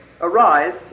Arise